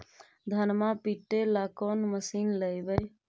धनमा पिटेला कौन मशीन लैबै?